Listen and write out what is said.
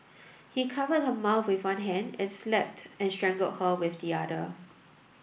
he covered her mouth with one hand and slapped and strangled her with the other